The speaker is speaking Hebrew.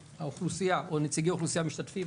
האוכלוסייה או נציגי האוכלוסייה משתתפים